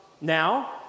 now